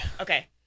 Okay